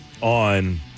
on